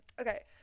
okay